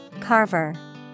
Carver